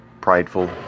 prideful